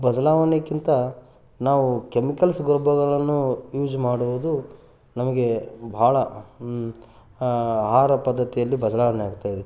ಬದಲಾವಣೆಗಿಂತ ನಾವು ಕೆಮಿಕಲ್ಸ್ ಗೊಬ್ಬರಗಳನ್ನು ಯೂಸ್ ಮಾಡುವುದು ನಮಗೆ ಭಾಳ ಆಹಾರ ಪದ್ದತಿಯಲ್ಲಿ ಬದಲಾವಣೆಯಾಗ್ತಾಯಿದೆ